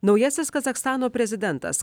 naujasis kazachstano prezidentas